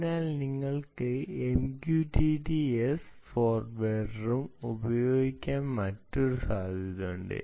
അതിനാൽ നിങ്ങൾക്ക് MQTT S ഫോർവേർഡറും ഉപയോഗിക്കാൻ മറ്റൊരു സാധ്യതയുണ്ട്